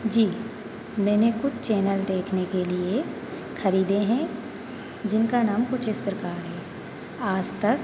जी मैंने कुछ चैनल देखने के लिए खरीदे हैं जिनका नाम कुछ इस प्रकार है आज़ तक